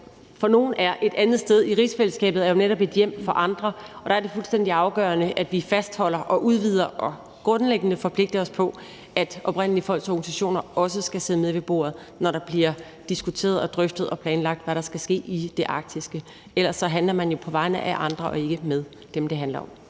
for nogle er et andet sted i rigsfællesskabet, netop er et hjem for andre. Der er det fuldstændig afgørende, at vi udvider det og fastholder og grundlæggende forpligter os på, at oprindelige folks organisationer også skal sidde med ved bordet, når der bliver diskuteret, drøftet og planlagt, hvad der skal ske i det arktiske. Ellers handler man jo på vegne af andre og ikke med dem, det handler om.